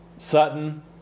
sutton